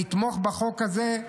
לתמוך בחוק הזה,